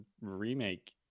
remake